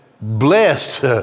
Blessed